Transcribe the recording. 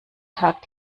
tag